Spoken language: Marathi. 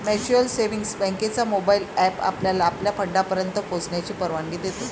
म्युच्युअल सेव्हिंग्ज बँकेचा मोबाइल एप आपल्याला आपल्या फंडापर्यंत पोहोचण्याची परवानगी देतो